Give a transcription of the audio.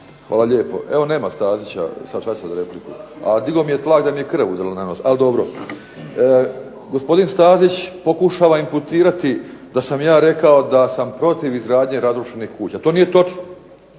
Hvala lijepo. Evo nema Stazića, sad kasno je za repliku.../Govornik se ne razumije./... Ali dobro. Gospodin Stazić pokušava imputirati da sam ja rekao da sam protiv izgradnje razrušenih kuća. To nije točno,